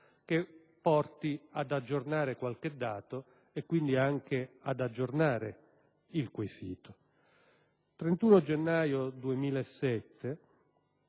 che porti ad aggiornare qualche dato e quindi anche ad aggiornare l'interpellanza. Il 31 gennaio 2007,